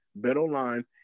betonline